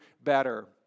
better